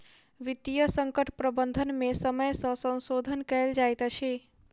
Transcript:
वित्तीय संकट प्रबंधन में समय सॅ संशोधन कयल जाइत अछि